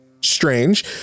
strange